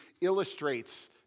illustrates